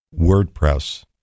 WordPress